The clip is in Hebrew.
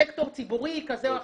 סקטור ציבורי כזה או אחר.